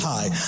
High